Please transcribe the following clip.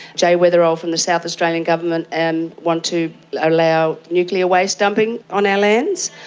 jay weatherill from the south australian government and wants to allow nuclear waste dumping on our lands.